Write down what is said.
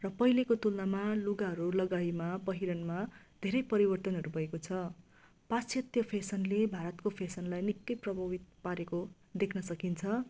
र पहिलेको तुलनामा लुगाहरू लगाइमा पहिरनमा धेरै परिवर्तनहरू भएको छ पाश्चात्य फेसनले भारतको फेसनलाई निकै प्रभावित पारेको देख्न सकिन्छ